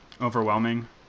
overwhelming